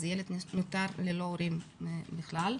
אז הילד נותר ללא הורים בכלל.